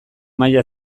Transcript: maila